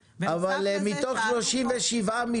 אנחנו מנסים לחזק את